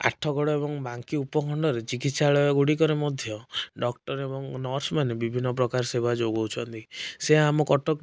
ଆଠଗଡ଼ ଏବଂ ବାଙ୍କୀ ଉପଖଣ୍ଡରେ ଚିକିତ୍ସାଳୟ ଗୁଡ଼ିକରେ ମଧ୍ୟ ଡ଼କ୍ଟର ଏବଂ ନର୍ସମାନେ ବିଭିନ୍ନ ପ୍ରକାର ସେବା ଯୋଗାଉଛନ୍ତି ସେ ଆମ କଟକ